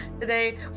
today